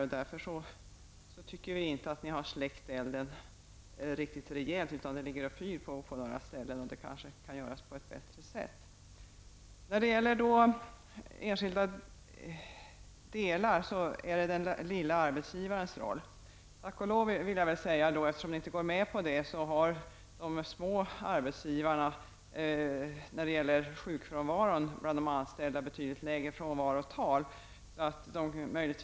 Vi tycker därför inte att ni har släckt elden helt. Det pyr på några ställen, och släckningen kanske kan göras på ett bättre sätt. Tack och lov -- får vi nog säga eftersom ni inte går med på vårt förslag -- har de små arbetsgivarna betydligt lägre frånvarotal när det gäller sjukfrånvaron bland de anställda.